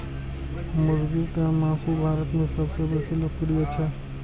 मुर्गीक मासु भारत मे सबसं बेसी लोकप्रिय छै